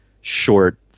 short